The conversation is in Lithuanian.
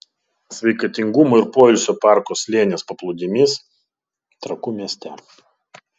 sveikatingumo ir poilsio parko slėnis paplūdimys trakų mieste